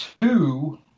two